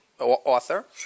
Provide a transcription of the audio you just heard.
Author